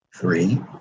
three